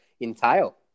entail